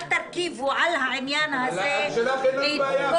אל תרכיבו על העניין הזה את כל --- על שלך אין לנו בעיה.